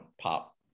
pop